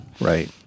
right